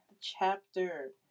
chapter